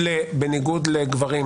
לתת דין וחשבון על רדיפה פוליטית -- כנראה,